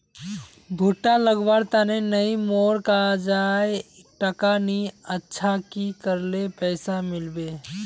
भुट्टा लगवार तने नई मोर काजाए टका नि अच्छा की करले पैसा मिलबे?